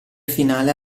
finale